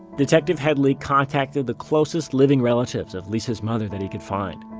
detective headley contacted the closest living relatives of lisa's mother that he could find.